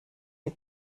sie